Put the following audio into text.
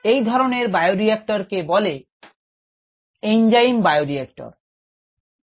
এ ধরনের bioreactor কে enzyme bioreactor বলে